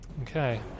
Okay